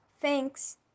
thanks